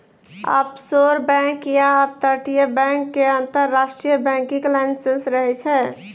offshore bank या अपतटीय bank के अंतरराष्ट्रीय बैंकिंग लाइसेंस रहै छै